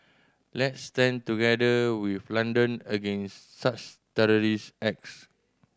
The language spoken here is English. let's stand together with London against such terrorist acts